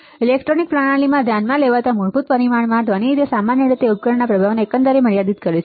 electronic પ્રણાલીમાં ધ્યાનમાં લેવાતા મૂળભૂત પરિમાણમાં ધ્વનિ તે સામાન્ય રીતે ઉપકરણના પ્રભાવને અકંદરે મર્યાદિત કરે છે